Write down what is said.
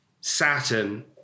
Saturn